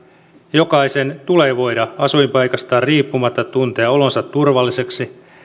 jokaisen tulee voida asuinpaikastaan riippumatta tuntea olonsa turvalliseksi